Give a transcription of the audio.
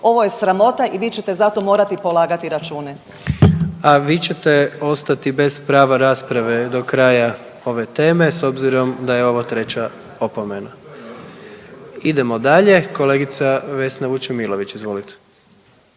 Ovo je sramota i vi ćete za to morati polagati račune. **Jandroković, Gordan (HDZ)** A vi ćete ostati bez prava rasprave do kraja ove teme s obzirom da je ovo treća opomena. Idemo dalje, kolegica Vesna Vučemilović, izvolite.